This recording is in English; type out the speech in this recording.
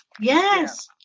Yes